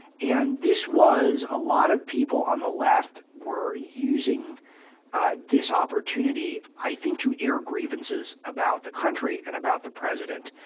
and this was a lot of people on the left were using this opportunity i think to air grievances about the country and about the president.